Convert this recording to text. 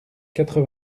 quatre